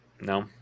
No